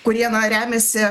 kurie remiasi